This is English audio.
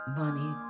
money